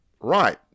right